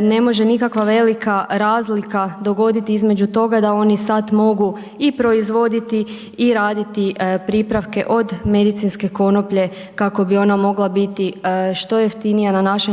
ne može nikakva velika razlika dogoditi između toga da oni sad mogu i proizvoditi i raditi pripravke od medicinske konoplje kako bi ona mogla biti što jeftinija na našem tržištu